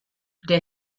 der